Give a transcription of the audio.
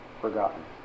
forgotten